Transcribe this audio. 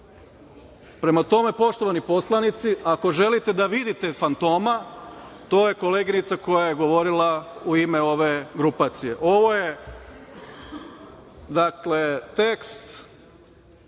Prema tome, poštovani poslanici, ako želite da vidite fantoma, to je koleginica koja je govorila u ime ove grupacije. Ovo je tekst